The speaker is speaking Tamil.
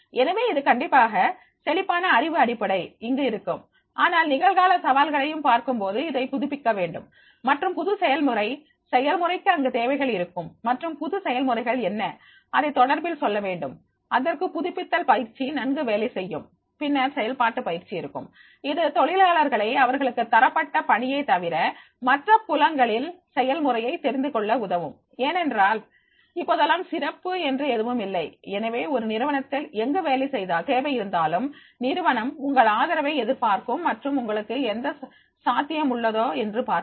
எனவே இது கண்டிப்பாக செழிப்பான அறிவு அடிப்படை இங்கு இருக்கும் ஆனால் நிகழ்கால சவால்களையும் பார்க்கும்போது அதை புதுப்பிக்க வேண்டும் மற்றும் புது செயல்முறை செயல்முறைக்கு அங்கு தேவைகள் இருக்கும் மற்றும் புது செயல்முறைகள் என்ன இதை தொடர்பில் சொல்லவேண்டும் அதற்கு புதுப்பித்தல் பயிற்சி நன்கு வேலை செய்யும் பின்னர் செயல்பாட்டு பயிற்சி இருக்கும் இது தொழிலாளர்களை அவர்களுக்கு தரப்பட்ட பணியைத் தவிர மற்ற புலங்களில் செயல்முறையை தெரிந்துகொள்ள உதவும் ஏனென்றால் இப்போதெல்லாம் சிறப்பு என்று எதுவும் இல்லை எனவே ஒரு நிறுவனத்தில் என்ன தேவை இருந்தாலும் நிறுவனம் உங்கள் ஆதரவை எதிர்பார்க்கும் மற்றும் உங்களுக்கு அந்த சாத்தியம் உள்ளதா என்று பார்க்கும்